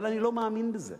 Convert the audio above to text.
אבל אני לא מאמין בזה.